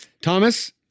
Thomas